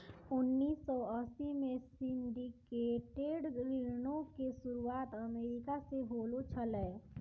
उन्नीस सौ अस्सी मे सिंडिकेटेड ऋणो के शुरुआत अमेरिका से होलो छलै